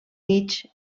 nietzsche